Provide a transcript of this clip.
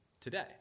today